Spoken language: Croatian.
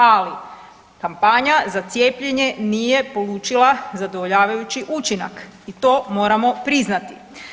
Ali, kampanja za cijepljenje nije polučila zadovoljavajući učinak i to moramo priznati.